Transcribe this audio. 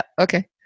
Okay